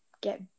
get